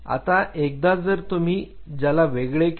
आता एकदा जर तुम्ही त्याला वेगळे केले